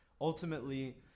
ultimately